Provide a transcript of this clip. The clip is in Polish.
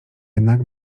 jednak